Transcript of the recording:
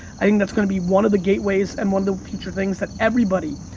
i think that's gonna be one of the gateways and one of the future things that everybody,